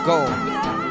go